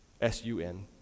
S-U-N